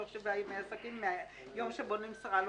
בתוך שבעה ימי עסקים מהיום שבו נמסרה לו